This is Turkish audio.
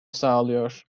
sağlıyor